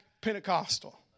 Pentecostal